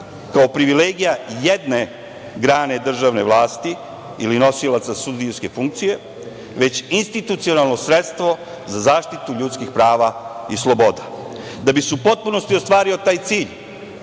kao privilegija jedne grane državne vlasti ili nosilaca sudijske funkcije, već institucionalno sredstvo za zaštitu ljudskih prava i sloboda. Da bi se u potpunosti ostvario taj cilj,